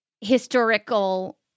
historical